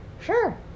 Sure